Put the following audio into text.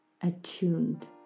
attuned